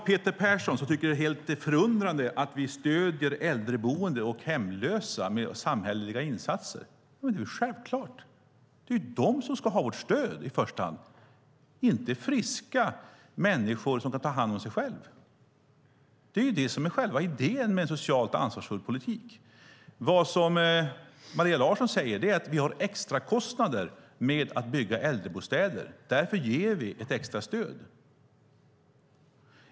Peter Persson är helt förundrad över att vi stöder äldreboenden och hemlösa med hjälp av samhälleliga insatser. Det är väl självklart. Det är de som i första hand ska ha vårt stöd, inte friska människor som kan ta hand om sig själva. Det är själva idén med socialt ansvarsfull politik. Maria Larsson säger att det finns extrakostnader med att bygga äldrebostäder. Därför ger vi ett extra stöd.